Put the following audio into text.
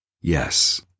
Yes